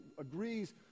agrees